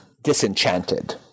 disenchanted